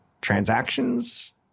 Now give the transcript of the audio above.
Transactions